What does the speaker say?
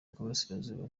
y’iburasirazuba